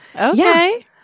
Okay